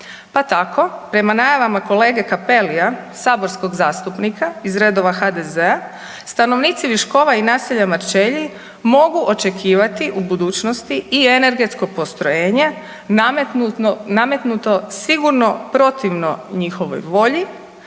Pa tako prema najavama kolege Cappellia saborskog zastupnika iz redova HDZ-a stanovnici Viškova i naselja Marčelji mogu očekivati u budućnosti i energetsko postrojenje nametnuto sigurno protivno njihovoj volji,